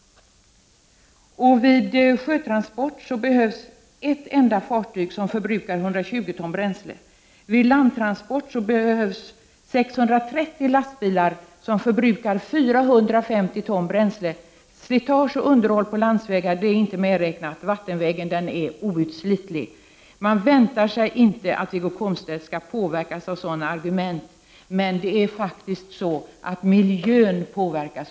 Vid sjötransport behövs ett enda fartyg, som förbrukar 120 ton bränsle. Vid landtransport behövs 630 lastbilar, som förbrukar 450 ton bränsle. Slitage och underhåll av landsvägar tillkommer. Vattenvägen är outslitlig. Man väntar sig inte att Wiggo Komstedt skall påverkas av sådana argument. Men miljön påverkas.